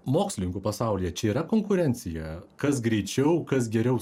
mokslininkų pasaulyje čia yra konkurencija kas greičiau kas geriau